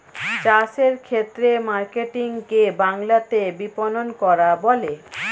চাষের ক্ষেত্রে মার্কেটিং কে বাংলাতে বিপণন করা বলে